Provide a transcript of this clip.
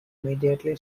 immediately